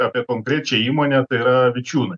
apie konkrečią įmonę tai yra vičiūnai